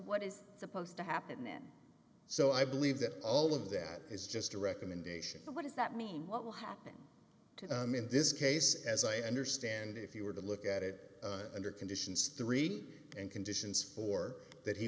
what is supposed to happen then so i believe that all of that is just a recommendation but what does that mean what will happen to him in this case as i understand it if you were to look at it under conditions three and conditions for that he